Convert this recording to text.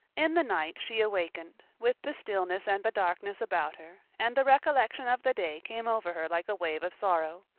in the night she awakened, with the stillness and the darkness about her, and the recollection of the day came over her like a wave of sorrow.